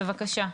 בבקשה.